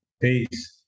Peace